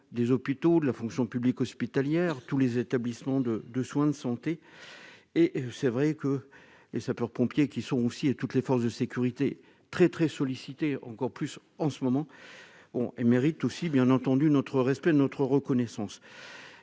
des hôpitaux de la fonction publique hospitalière, tous les établissements de de soins de santé, et c'est vrai que les sapeurs-pompiers qui sont aussi et toutes les forces de sécurité très, très sollicité encore plus en ce moment on est mérite aussi bien entendu notre respect de notre reconnaissance,